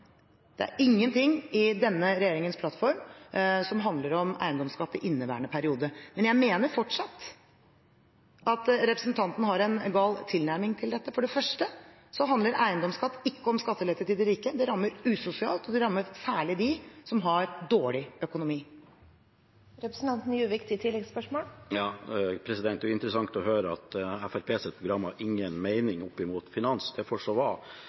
Det er ingenting i denne regjeringens plattform som handler om eiendomsskatt i inneværende periode. Men jeg mener fortsatt at representanten har en gal tilnærming til dette. For det første handler eiendomsskatt ikke om skattelette til de rike. Det rammer usosialt, og det rammer særlig dem som har dårlig økonomi. Det er interessant å høre at Fremskrittspartiets program ikke har noen mening for finans – det får så